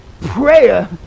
prayer